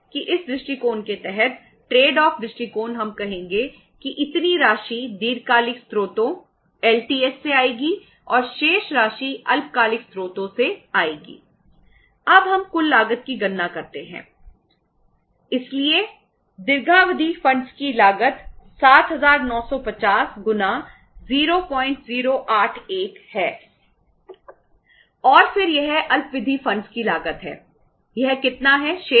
यह कितना है शेष